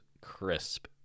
crisp